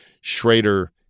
Schrader